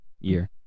year